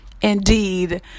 indeed